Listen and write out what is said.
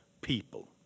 people